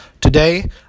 today